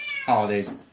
holidays